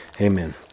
Amen